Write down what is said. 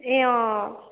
ए अँ